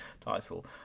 title